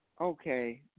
okay